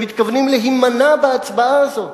שמתכוונים להימנע בהצבעה הזאת.